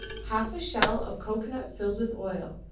half a shell of cocoanut filled with oil,